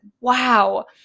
wow